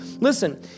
Listen